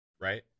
right